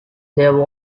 there